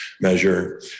measure